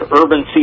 urban